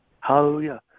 Hallelujah